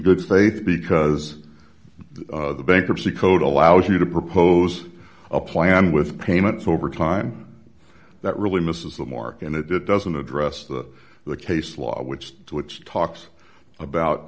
good faith because the bankruptcy code allows you to propose a plan with payments over time that really misses the mark and it doesn't address the the case law which to which talks about